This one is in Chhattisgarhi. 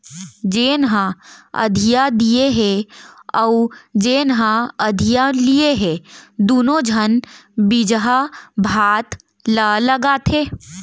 जेन ह अधिया दिये हे अउ जेन ह अधिया लिये हे दुनों झन बिजहा भात ल लगाथें